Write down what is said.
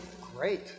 Great